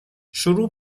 شروع